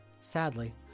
Sadly